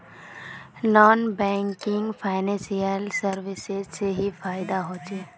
Non banking financial services से की फायदा होचे?